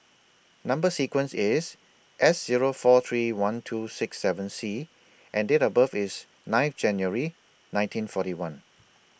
Number sequence IS S Zero four three one two six seven C and Date of birth IS nine January nineteen forty one